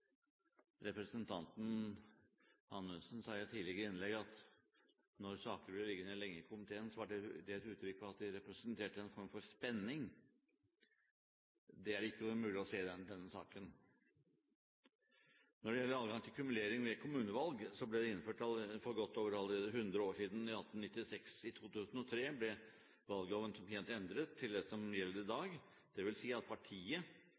Representanten Anundsen sa i et tidligere innlegg at når saker blir liggende lenge i komiteen, var det et uttrykk for at de representerte en form for spenning. Det er det ikke mulig å se i denne saken! Når det gjelder adgang til kumulering ved kommunevalg, ble det innført allerede for godt over hundre år siden, i 1896. I 2003 ble valgloven som kjent endret til den som gjelder i dag, dvs. at